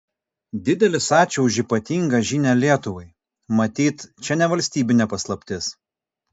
didelis ačiū už ypatingą žinią lietuvai matyt čia ne valstybinė paslaptis